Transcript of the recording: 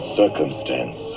circumstance